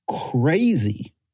crazy